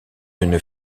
d’une